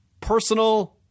personal